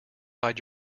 hide